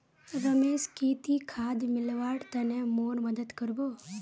रमेश की ती खाद मिलव्वार तने मोर मदद कर बो